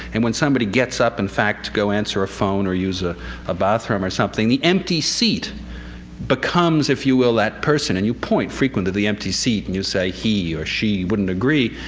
and when somebody gets up, in fact, to go answer a phone or use ah a bathroom or something, the empty seat becomes, if you will, that person. and you point frequently to the empty seat and you say, he or she wouldn't agree,